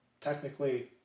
technically